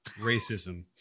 racism